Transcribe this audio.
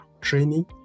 training